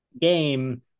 game